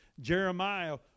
Jeremiah